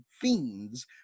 fiends